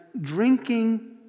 drinking